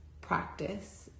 practice